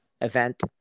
event